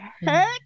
heck